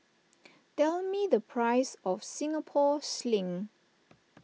tell me the price of Singapore Sling